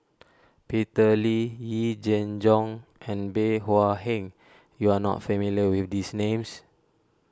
Peter Lee Yee Jenn Jong and Bey Hua Heng you are not familiar with these names